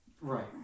Right